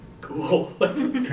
cool